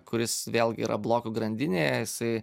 kuris vėlgi yra blokų grandinėje jisai